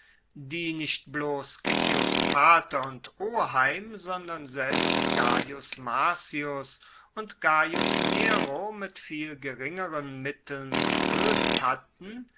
die nicht bloss scipios vater und oheim sondern selbst gaius marcius und gaius nero mit viel geringeren mitteln geloest hatten